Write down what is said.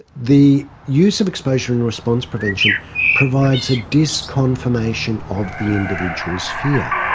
the use of exposure and response prevention provides a disconfirmation of the individual's fear.